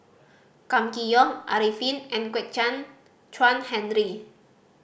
Kam Kee Yong Arifin and Kwek Chuan Henry